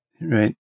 Right